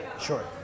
Sure